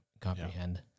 comprehend